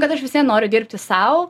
kad aš noriu dirbti sau